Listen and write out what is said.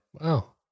Wow